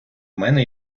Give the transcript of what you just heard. мене